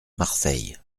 marseille